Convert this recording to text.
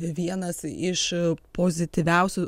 vienas iš pozityviausių